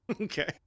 Okay